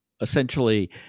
essentially